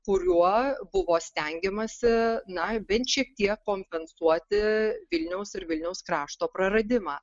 kuriuo buvo stengiamasi na bent šiek tiek kompensuoti vilniaus ir vilniaus krašto praradimą